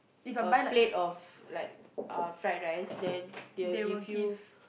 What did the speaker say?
a plate of like uh fried rice then they will give you